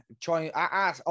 trying